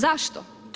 Zašto?